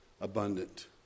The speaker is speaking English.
abundant